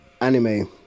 Anime